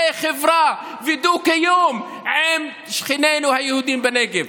חברה ודו-קיום עם שכנינו היהודים בנגב.